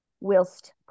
whilst